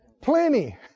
Plenty